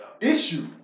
issue